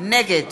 נגד